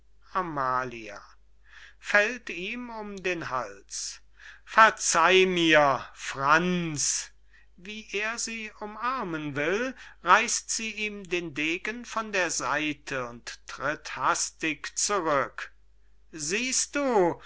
hals verzeih mir franz wie er sie umarmen will reißt sie ihm den degen von der seite und tritt hastig zurück siehst du